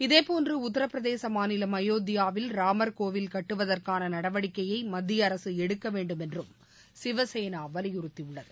இதேபோன்று உத்தரபிரதேச மாநிலம் அயோத்தியாவில் ராமர் கோவில் கட்டுவதற்கான நடவடிக்கையை மத்திய அரசு எடுக்கவேண்டும் என்றும் சிவசேனா வலியுறுத்தியுள்ளது